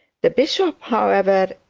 the bishop, however,